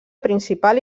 principal